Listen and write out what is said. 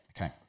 Okay